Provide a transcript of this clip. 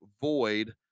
void